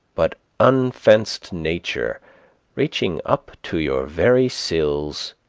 but unfenced nature reaching up to your very sills.